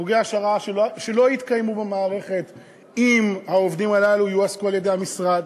חוגי העשרה שלא יתקיימו במערכת אם העובדים הללו יועסקו על-ידי המשרד,